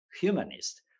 humanist